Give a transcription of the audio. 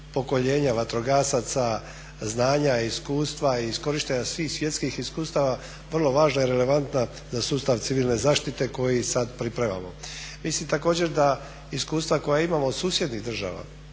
pokoljenja vatrogasaca, znanja i iskustva iz korištenja svih svjetskih iskustava vrlo važna i relevantna za sustav civilne zaštite koji sada pripremamo. Mislim također da iskustva koja imamo od susjednih država